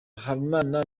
habimana